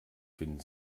finden